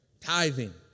Tithing